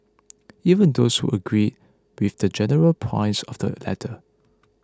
even those who agreed with the general points of the letter